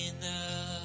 enough